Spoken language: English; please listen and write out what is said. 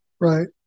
Right